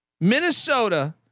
Minnesota